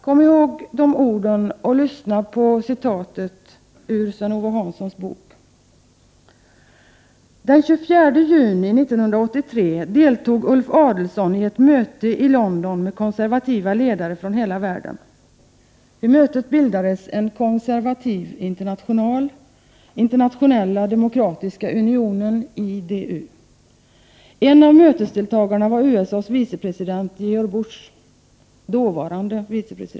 Kom ihåg de orden och lyssna på citatet ur Sven-Ove Hanssons bok: ”Den 24 juni 1983 deltog Ulf Adelsohn i ett möte i London med Prot. 1988/89:129 konservativa ledare från hela världen. Vid mötet bildades en konservativ 6 juni 1989 international, Internationella demokratiska unionen . En av mötesdeltagarna var USA:s vicepresident George Bush.